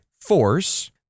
force